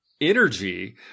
Energy